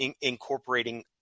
incorporating